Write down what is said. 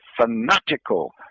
fanatical